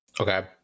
okay